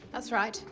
that's right.